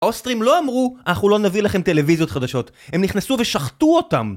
אוסטרים לא אמרו, אנחנו לא נביא לכם טלוויזיות חדשות הם נכנסו ושחטו אותם